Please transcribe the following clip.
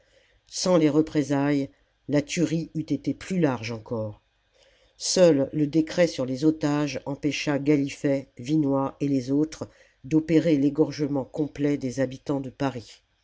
sans les représailles la tuerie eût été plus large encore seul le décret sur les otages empêcha gallifet vinoy et les autres d'opérer l'égorgement complet des habitants de paris